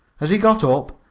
as he got up,